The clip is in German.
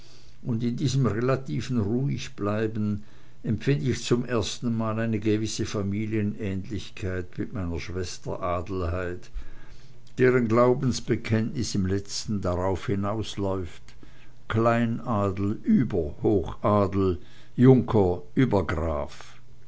und in diesem relativen ruhigbleiben empfind ich zum erstenmal eine gewisse familienähnlichkeit mit meiner schwester adelheid deren glaubensbekenntnis im letzten darauf hinausläuft kleinadel über hochadel junker über graf